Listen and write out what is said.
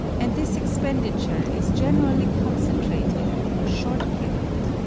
and this expenditure is generally concentrated within a short period.